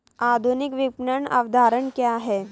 आधुनिक विपणन अवधारणा क्या है?